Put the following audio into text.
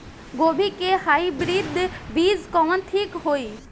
गोभी के हाईब्रिड बीज कवन ठीक होई?